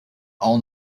all